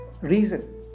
Reason